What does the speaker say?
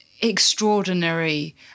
extraordinary